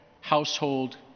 household